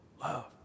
love